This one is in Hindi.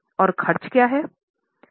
और खर्च क्या हैं